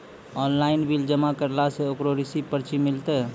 Online bill जमा करला से ओकरौ रिसीव पर्ची मिलतै?